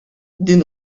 din